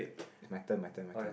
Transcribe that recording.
it's my turn my turn my turn